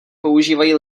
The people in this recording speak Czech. používají